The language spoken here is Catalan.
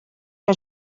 que